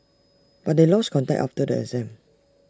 but they lost contact after the exam